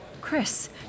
Chris